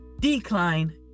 decline